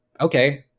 okay